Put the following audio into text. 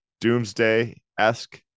doomsday-esque